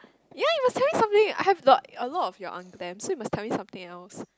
ya you must tell me something I have lot a lot of your unglam so must tell me something else